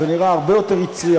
זה נראה הרבה יותר יצרי,